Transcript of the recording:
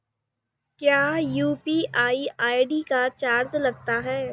क्या UPI ID का charge लगता है?